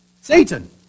Satan